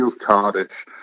Cardiff